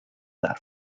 that